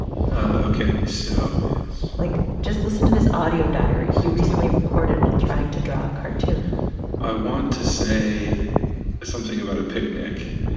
ok. so it's. like, just listen to this audio diary he recently recorded while trying to draw a cartoon i want to say something about a picnic.